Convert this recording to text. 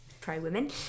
pro-women